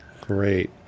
Great